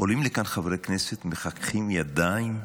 עולים לכאן חברי כנסת, מחככים ידיים,